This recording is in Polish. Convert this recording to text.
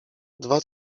dwa